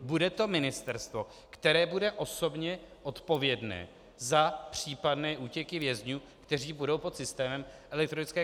Bude to ministerstvo, které bude osobně odpovědné za případné útěky vězňů, kteří budou pod systémem elektronické kontroly.